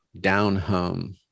down-home